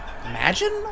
imagine